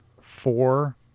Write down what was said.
four